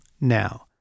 now